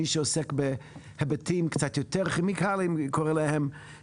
מי שעוסק בהיבטים קצת יותר כימיקליים קורא להם